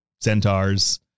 centaurs